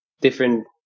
different